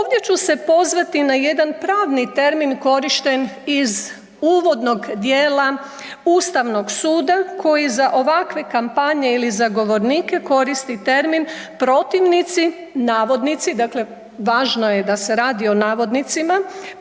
Ovdje ću se pozvati na jedan pravni termin korišten iz uvodnog dijela ustavnog suda koji za ovakve kampanje ili zagovornike koristi termini protivnici, navodnici, dakle važno je da se radi o navodnicima,